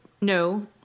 No